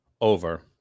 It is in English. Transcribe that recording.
over